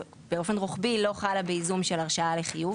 באופן רוחבי היא לא חלה בייזום של הרשאה לחיוב.